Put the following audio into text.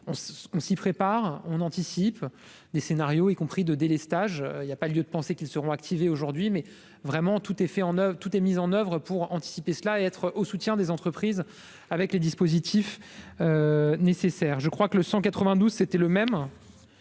on s'y prépare, on anticipe des scénarios, y compris de délestage il y a pas lieu de penser qu'ils seront activés aujourd'hui, mais vraiment tout est fait en oeuvre tout est mis en oeuvre pour anticiper cela et être au soutien des entreprises avec les dispositifs nécessaires, je crois que le 192 c'était le même